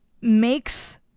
makes